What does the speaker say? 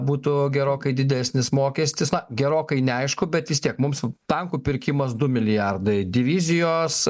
būtų gerokai didesnis mokestis na gerokai neaišku bet vis tiek mums tankų pirkimas du milijardai divizijos